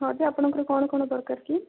ହଁ ଯେ ଆପଣଙ୍କର କ'ଣ କ'ଣ ଦରକାର କି